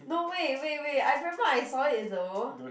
no wait wait wait I remember I saw it though